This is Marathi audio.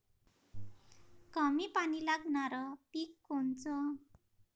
कमी पानी लागनारं पिक कोनचं?